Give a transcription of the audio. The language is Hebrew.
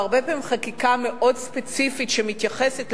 והרבה פעמים חקיקה מאוד ספציפית שמתייחסת,